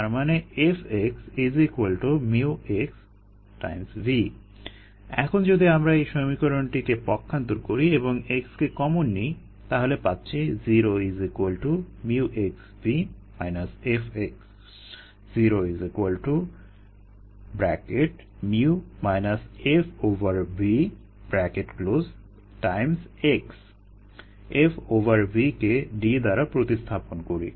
তার মানে 𝐹 𝑥 𝑉 এখন যদি আমরা এই সমীকরণটিকে পক্ষান্তর করি এবং x কে কমন নিই তাহলে পাচ্ছি 0 𝑉 − 𝐹𝑥 0μ FVx F V কে D দ্বারা প্রতিস্থাপন করি